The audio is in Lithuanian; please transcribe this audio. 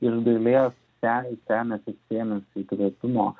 iš dalies sen semiasi sėmėsi įkvėpimo